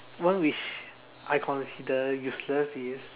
one which I consider useless is